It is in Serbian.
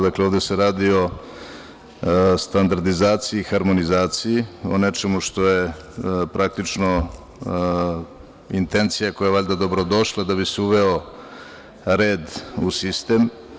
Dakle, ovde se radi o standardizaciji, harmonizaciji, o nečemu što je praktično intencija, koja je valjda dobrodošla da bi se uveo red u sistem.